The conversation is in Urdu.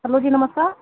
ہلو جی نمسکار